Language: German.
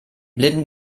blinden